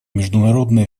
международная